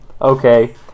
okay